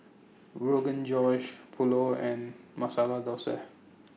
Rogan Josh Pulao and Masala Dosa